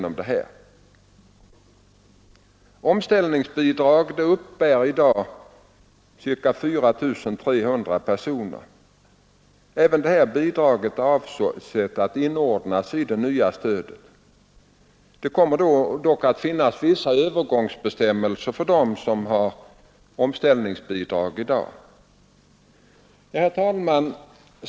Omställningsbidrag uppbär i dag ca 4 300 personer. Även det bidraget är avsett att inordnas i det nya stödet. Det kommer dock att finnas vissa övergångsbestämmelser för dem som har omställningsbidrag i dag. Herr talman!